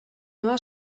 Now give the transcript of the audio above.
noa